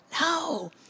No